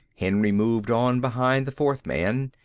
henry moved on behind the fourth man.